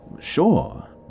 Sure